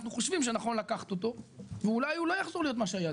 חושבים שנכון לקחת אותו ואולי הוא לא יחזור להיות מה שהיה.